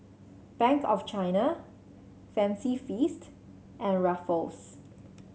Bank of China Fancy Feast and Ruffles